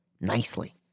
nicely